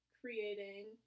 creating